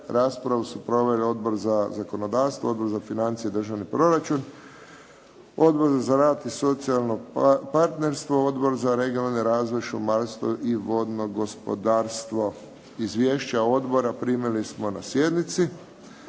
Raspravu su proveli Odbor za zakonodavstvo, Odbor za financije i državni proračun, Odbor za rad i socijalno partnerstvo, Odbor za regionalni razvoj, šumarstvo i vodno gospodarstvo. Izvješća odbora primili smo na sjednici.